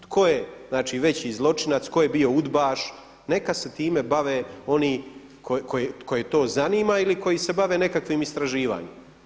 Tko je veći zločinac, tko je bio udbaš, neka se time bave oni koje to zanima ili koji se bave nekakvim istraživanjem.